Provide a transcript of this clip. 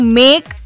make